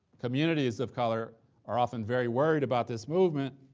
communities of color are often very worried about this movement.